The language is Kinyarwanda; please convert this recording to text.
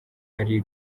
ari